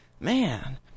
Man